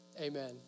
Amen